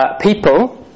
people